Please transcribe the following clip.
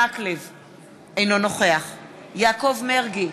אינו נוכח יעקב מרגי,